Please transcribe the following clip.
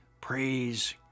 Praise